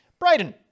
Brayden